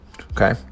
Okay